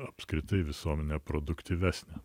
apskritai visuomenę produktyvesnę